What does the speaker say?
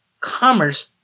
commerce